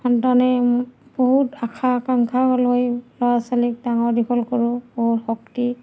সন্তানে বহুত আশা আকাংক্ষা লৈ ল'ৰা ছোৱালীক ডাঙৰ দীঘল কৰোঁ বহু শক্তি